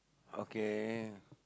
okay